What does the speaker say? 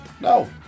No